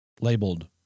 labeled